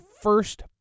first